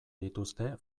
dituzte